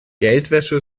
geldwäsche